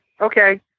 Okay